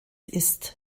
ist